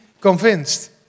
convinced